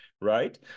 right